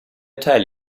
tell